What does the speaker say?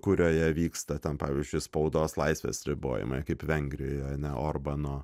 kurioje vyksta ten pavyzdžiui spaudos laisvės ribojimai kaip vengrijoj ar ne orbano